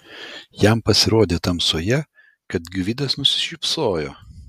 jam pasirodė tamsoje kad gvidas nusišypsojo